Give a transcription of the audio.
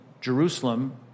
Jerusalem